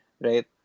right